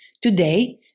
Today